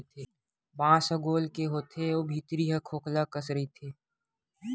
बांस ह गोल के होथे अउ भीतरी ह खोखला कस रहिथे